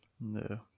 no